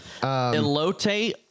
Elote